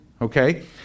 okay